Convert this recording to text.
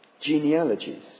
Genealogies